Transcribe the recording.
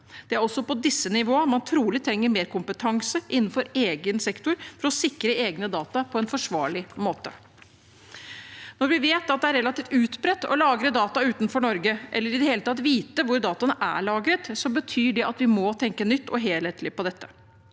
Det er også på disse nivåene man trolig trenger mer kompetanse innenfor egen sektor for å sikre egne data på en forsvarlig måte. Når vi vet at det er relativt utbredt å lagre data utenfor Norge – eller i det hele tatt ikke vite hvor dataene er lagret – betyr det at vi må tenke nytt og helhetlig om dette.